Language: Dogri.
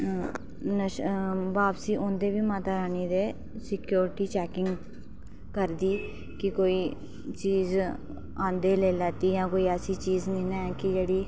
नशा वापसी औंदे बी माता रानी दे सिक्योरिटी चैकिंग करदी कि कोई चीज आंदे लेई लैती जां कोई ऐसी चीज नी ना ऐ कि जेह्ड़ी